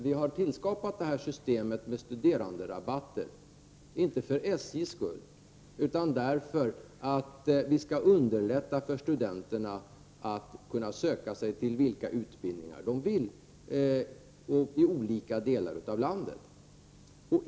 Vi har tillskapat systemet med studeranderabatter inte för SJ:s skull utan för att underlätta för studenter att söka sig till vilka utbildningsorter de vill i skilda delar av landet.